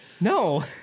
No